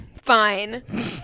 Fine